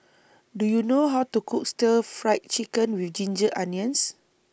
Do YOU know How to Cook Stir Fried Chicken with Ginger Onions